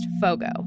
Fogo